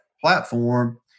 platform